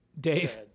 Dave